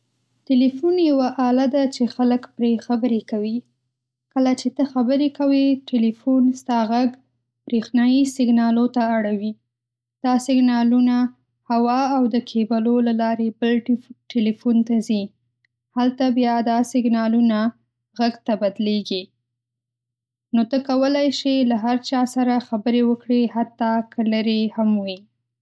تلیفون یوه آله ده چې خلک پرې خبرې کوي. کله چې ته خبرې کوې، ټلیفون ستا غږ برېښنایي سیګنالو ته اړوي. دا سیګنالونه هوا او د کیبلو له لارې بل ټلیفون ته ځي. هلته بیا دا سیګنالونه غږ ته بدلېږي. نو ته کولی شې له هر چا سره خبرې وکړې، حتی که لرې هم وي.